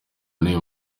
n’uyu